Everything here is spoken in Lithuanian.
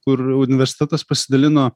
kur universitetas pasidalino